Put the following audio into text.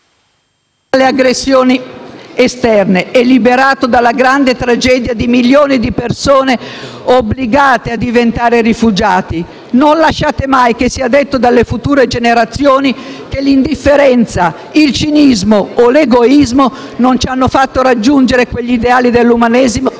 aggressioni esterne e liberato dalla grande tragedia di milioni di persone obbligate a diventare rifugiati. (...) Non lasciate mai che sia detto dalle future generazioni che l'indifferenza, il cinismo o l'egoismo non ci hanno fatto raggiungere quegli ideali dell'umanesimo